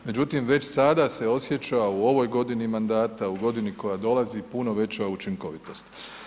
Međutim, već sada se osjeća u ovoj godini mandata u godini koja dolazi puno veća učinkovitost.